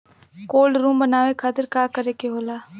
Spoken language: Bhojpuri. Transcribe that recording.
कोल्ड रुम बनावे खातिर का करे के होला?